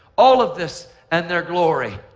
all of this and their glory.